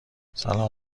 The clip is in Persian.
سلام